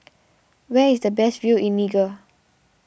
where is the best view in Niger